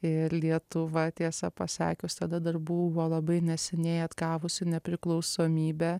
ir lietuva tiesą pasakius tada dar buvo labai neseniai atgavusi nepriklausomybę